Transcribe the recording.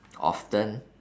often